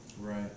Right